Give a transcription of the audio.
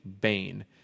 Bane